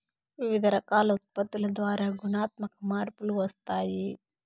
వివిధ రకాల ఉత్పత్తుల ద్వారా గుణాత్మక మార్పులు వస్తాయి